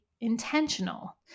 intentional